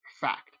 fact